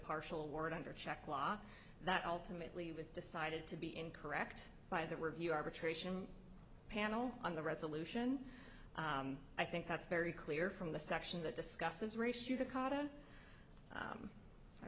partial word under check law that ultimately was decided to be incorrect by that we're view arbitration panel on the resolution i think that's very clear from the section that discusses ra